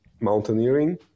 mountaineering